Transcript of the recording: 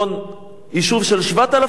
יישוב של 7,000 תושבים.